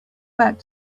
back